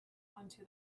onto